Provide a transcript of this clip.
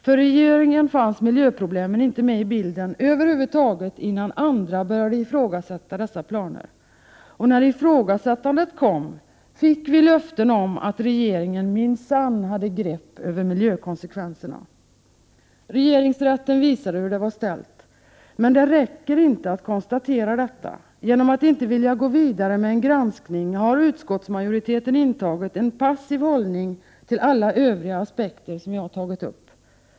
För regeringen fanns miljöproblem inte med i bilden över huvud taget innan andra började ifrågasätta planerna. Och när ifrågasättandet kom fick vi löften om att regeringen minsann hade grepp över miljökonsekvenserna. Regeringsrätten visade hur det var ställt. Men det räcker inte att konstatera detta. Genom att inte vilja gå vidare med en granskning har utskottsmajoriteten intagit en passiv hållning till alla övriga aspekter som jag har tagit upp.